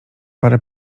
parę